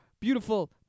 beautiful